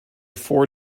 four